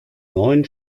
neun